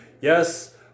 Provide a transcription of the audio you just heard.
yes